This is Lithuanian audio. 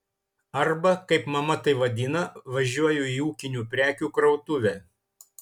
arba kaip mama tai vadina važiuoju į ūkinių prekių krautuvę